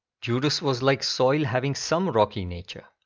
judas was like soil having some rocky nature.